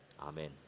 Amen